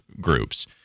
groups